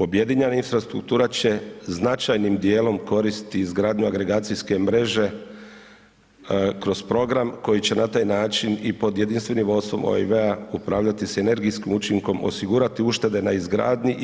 Objedinjena infrastruktura će značajnim djelom koristi izgradnju agregacijske mreže kroz program koji će na taj način i pod jedinstvenim vodstvom OiV-a upravljati sinergijskim učinkom, osigurati uštede na izgradnji